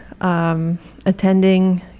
attending